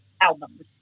Albums